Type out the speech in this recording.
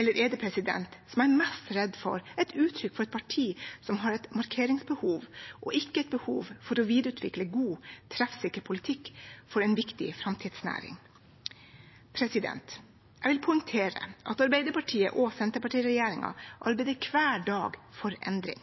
Eller er det – som jeg er mest redd for – et uttrykk for et parti som har et markeringsbehov, og ikke et behov for å videreutvikle god og treffsikker politikk for en viktig framtidsnæring? Jeg vil poengtere at Arbeiderparti–Senterparti-regjeringen arbeider hver dag for endring.